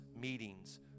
meetings